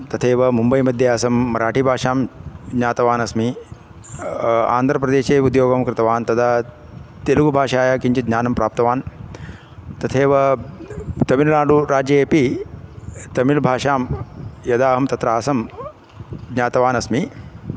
तथैव मुम्बै मध्ये आसम् मराठिभाषां ज्ञातवान् अस्मि आन्ध्रप्रदेशे उद्योगं कृतवान् तदा तेलगुभाषायाः किञ्चित् ज्ञानं प्राप्तवान् तथैव तमिलनाडुराज्ये अपि तमिल्भाषां यदा अहं तत्र आसम् ज्ञातवान् अस्मि